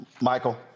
Michael